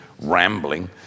rambling